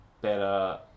better